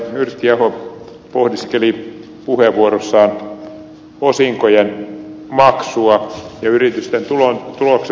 yrttiaho pohdiskeli puheenvuorossaan osinkojen maksua ja yritysten tuloksen muodostusta